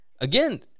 again